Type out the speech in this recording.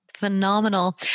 Phenomenal